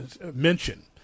mention